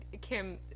kim